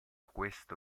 questo